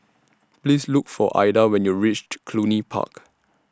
Please Look For Adah when YOU REACH Cluny Park